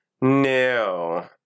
No